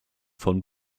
von